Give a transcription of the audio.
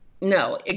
no